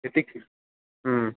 ethics ம்